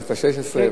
בכנסת השש-עשרה.